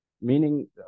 Meaning